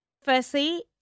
Firstly